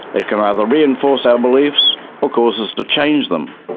it can either reinforce our beliefs or cause us to change them.